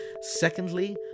Secondly